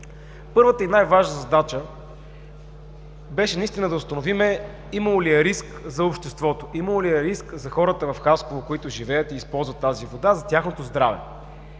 Първата и най-важна задача беше да установим имало ли е риск за обществото, имало ли е риск за хората в Хасково, които живеят и използват тази вода за тяхното здраве.